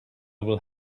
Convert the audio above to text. will